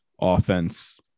offense